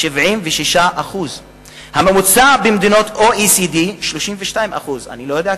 76%. הממוצע במדינות ה-OECD הוא 32%. אני לא יודע,